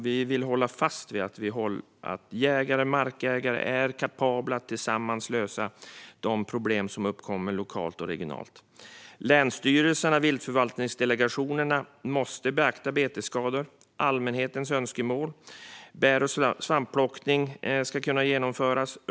Vi vill hålla fast vid att jägare och markägare är kapabla att tillsammans lösa de problem som uppkommer lokalt och regionalt. Länsstyrelserna och viltförvaltningsdelegationerna måste beakta betesskador och allmänhetens önskemål. Bär och svampplockning ska kunna genomföras.